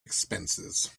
expenses